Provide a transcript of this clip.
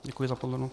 Děkuji za pozornost.